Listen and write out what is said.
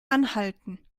anhalten